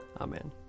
Amen